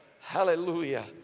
Hallelujah